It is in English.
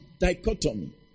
dichotomy